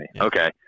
okay